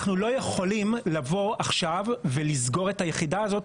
אנחנו לא יכולים לבוא עכשיו ולסגור את היחידה הזו,